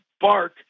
bark